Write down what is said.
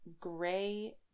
gray